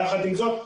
יחד עם זאת,